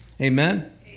amen